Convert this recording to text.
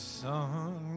sun